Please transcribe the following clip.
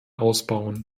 ausbauen